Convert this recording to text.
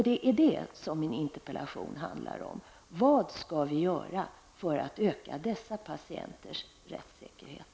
Det är det min interpellation handlar om. Vad skall vi göra för att öka dessa patienters rättsäkerhet?